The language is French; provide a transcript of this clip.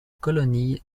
colonie